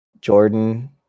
Jordan